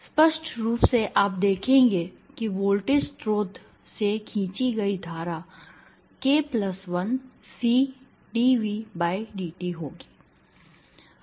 स्पष्ट रूप से आप देखेंगे कि वोल्टेज स्रोत से खींची गई धारा k 1CdVdt होगी